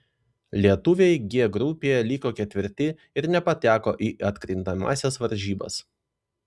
lietuviai g grupėje liko ketvirti ir nepateko į atkrintamąsias varžybas